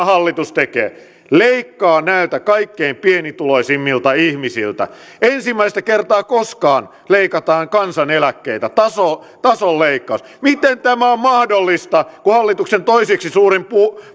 hallitus tekee leikkaa näiltä kaikkein pienituloisimmilta ihmisiltä ensimmäistä kertaa koskaan leikataan kansaneläkkeitä tasoleikkaus miten tämä on mahdollista kun hallituksen toiseksi suurin